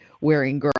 wearing